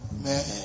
Man